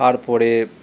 তারপরে